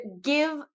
give